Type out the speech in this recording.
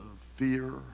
fear